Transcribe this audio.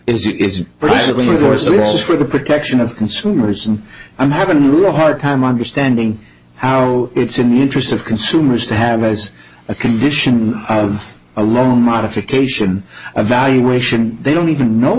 it is for the protection of consumers and i'm having a hard time understanding how it's in the interest of consumers to have as a condition of a loan modification a valuation they don't even know